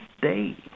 day